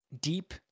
deep